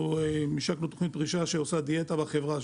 השקנו תכנית פרישה שעושה דיאטה של 12% בחברה,